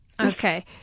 Okay